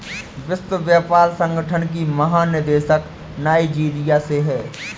विश्व व्यापार संगठन की महानिदेशक नाइजीरिया से है